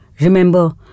remember